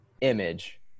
image